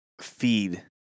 feed